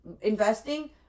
investing